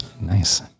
Nice